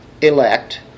elect